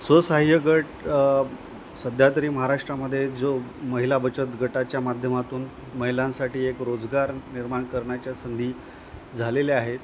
स्वसहाय्य गट सध्या तरी महाराष्ट्रामध्ये जो महिला बचत गटाच्या माध्यमातून महिलांसाठी एक रोजगार निर्माण करण्याच्या संधी झालेल्या आहेत